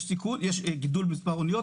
יש גידול במספר האניות,